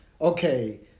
okay